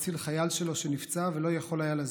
להציל חייל שלו שנפצע ולא יכול היה לזוז.